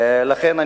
לכן,